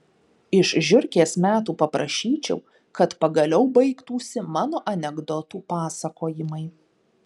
iš žiurkės metų paprašyčiau kad pagaliau baigtųsi mano anekdotų pasakojimai